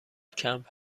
کمپ